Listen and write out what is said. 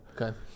Okay